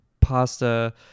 pasta